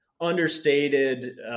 understated